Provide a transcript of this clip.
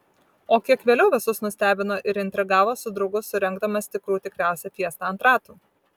o kiek vėliau visus nustebino ir intrigavo su draugu surengdamas tikrų tikriausią fiestą ant ratų